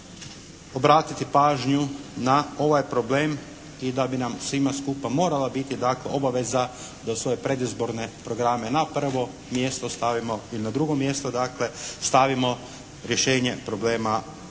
obratiti pažnju na ovaj problem i da bi nam svima skupa morala obaveza da u svoje predizborne programe na prvo mjesto stavimo ili na drugo mjesto stavimo rješenje problema